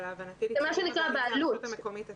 אבל להבנתי זה הרשות המקומית עצמה.